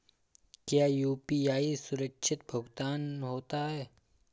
क्या यू.पी.आई सुरक्षित भुगतान होता है?